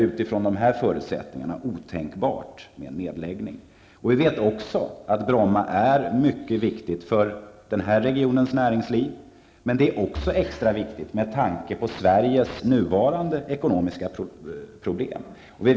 Utifrån dessa förutsättningar vore det otänkbart med en nedläggning. Bromma flygplats är mycket viktig för såväl den här regionens näringsliv som med tanke på Sveriges nuvarande ekonomiska problem.